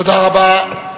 תודה רבה.